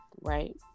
Right